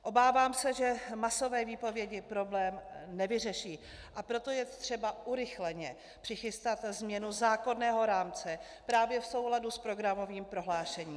Obávám se, že masové výpovědi problém nevyřeší, a proto je třeba urychleně přichystat změnu zákonného rámce právě v souladu s programovým prohlášením.